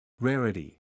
Rarity